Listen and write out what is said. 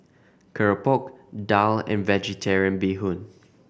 keropok daal and Vegetarian Bee Hoon